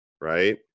right